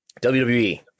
WWE